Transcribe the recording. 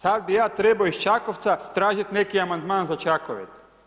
Sada bih ja trebao iz Čakovca tražiti neki amandman za Čakovec.